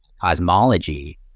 cosmology